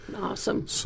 Awesome